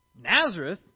Nazareth